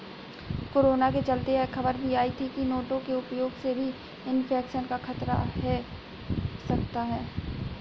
corona के चलते यह खबर भी आई थी की नोटों के उपयोग से भी इन्फेक्शन का खतरा है सकता है